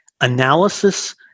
analysis